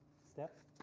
steph?